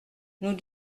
nous